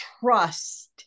trust